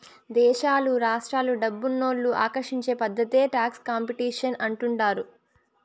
దేశాలు రాష్ట్రాలు డబ్బునోళ్ళు ఆకర్షించే పద్ధతే టాక్స్ కాంపిటీషన్ అంటుండారు